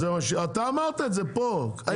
אתה אמרת את זה פה 10 פעמים.